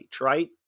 right